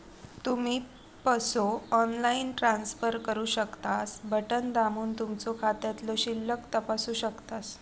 तुम्ही पसो online transfer करू शकतास, बटण दाबून तुमचो खात्यातलो शिल्लक तपासू शकतास